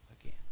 again